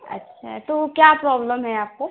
अच्छा तो क्या प्रॉब्लम है आपको